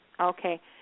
Okay